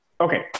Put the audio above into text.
Okay